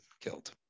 killed